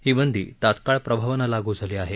ही बंदी तात्काळ प्रभावानं लागू झाली आहे